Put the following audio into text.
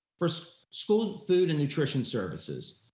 for school food and nutrition services,